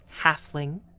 halfling